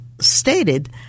stated